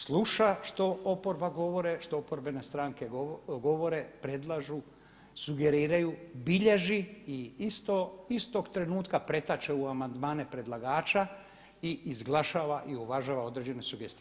Sluša što oporba govore, što oporbene stranke govore, predlažu, sugeriraju bilježi i istog trenutka pretače u amandmane predlagača i izglašava i uvažava određene sugestije.